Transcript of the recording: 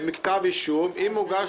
תראה איזה בלאגן להם.